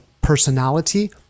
personality